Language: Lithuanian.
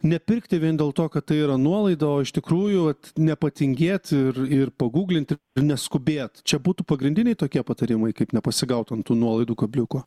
nepirkti vien dėl to kad tai yra nuolaida o iš tikrųjų nepatingėt ir ir paguglinti neskubėt čia būtų pagrindiniai tokie patarimai kaip nepasigaut ant tų nuolaidų kabliuko